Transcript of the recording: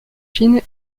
chine